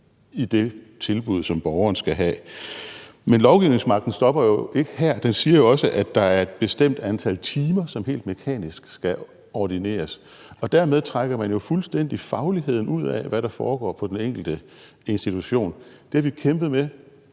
i det tilbud, som borgeren skal have, men lovgivningsmagten stopper jo ikke her. Den siger også, at der er et bestemt antal timer, som helt mekanisk skal ordineres. Dermed trækker man jo fuldstændig fagligheden ud af det, der foregår på den enkelte institution. Det har vi kæmpet med